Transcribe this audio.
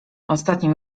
ostatnim